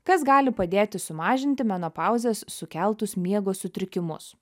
kas gali padėti sumažinti menopauzės sukeltus miego sutrikimus